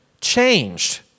changed